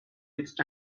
its